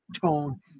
tone